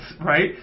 right